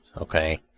Okay